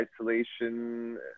isolation